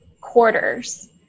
quarters